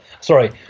Sorry